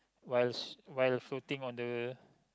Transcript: while s~ while floating on the